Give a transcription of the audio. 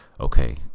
okay